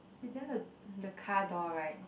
he then the the car door right